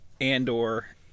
Andor